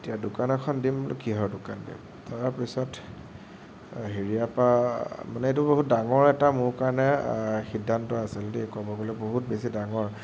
এতিয়া দোকান এখন দিম বোলোঁ কিহৰ দোকান দিম তাৰপিছত হেৰিয়াৰ পৰা মানে এইটো বহুত ডাঙৰ এটা মোৰ কাৰণে সিদ্ধান্ত আছিল দেই ক'ব গ'লে বহুত বেছি ডাঙৰ